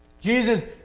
Jesus